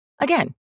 Again